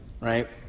right